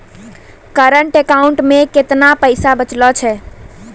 Current account मे केतना पैसा बचलो छै?